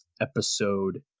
episode